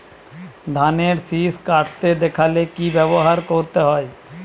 ধানের শিষ কাটতে দেখালে কি ব্যবহার করতে হয়?